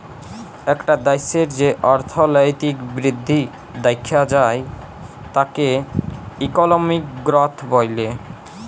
একটা দ্যাশের যে অর্থলৈতিক বৃদ্ধি দ্যাখা যায় তাকে ইকলমিক গ্রথ ব্যলে